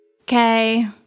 Okay